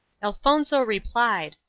elfonzo replied,